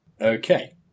okay